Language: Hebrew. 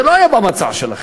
זה לא היה במצע שלכם.